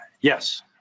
yes